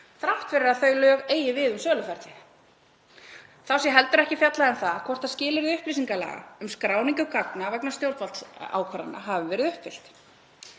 þrátt fyrir að þau lög eigi við um söluferlið. Þá sé heldur ekki fjallað um það hvort skilyrði upplýsingalaga um skráningu gagna vegna stjórnvaldsákvarðana hafi verið uppfyllt,